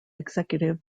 executive